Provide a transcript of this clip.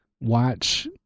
watch